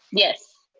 yes.